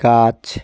গাছ